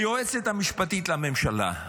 היועצת המשפטית לממשלה,